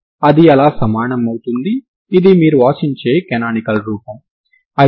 అంటే wxt స్థిరాంకం అవుతుంది కానీ wx00 అని మనకు తెలుసు ఎందుకు